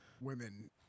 women